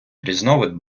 різновид